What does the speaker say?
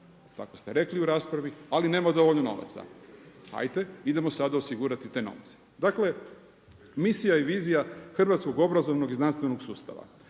tako ste rekli u raspravi, ali nema dovoljno novaca. Ajde idemo sada osigurati taj novac. Dakle, misija i vizija hrvatskog obrazovnog i znanstvenog sustava: